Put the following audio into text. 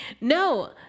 No